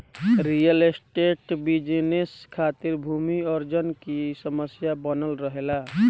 real estate business खातिर भूमि अर्जन की समस्या बनल रहेला